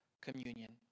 communion